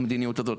המדיניות הזאת.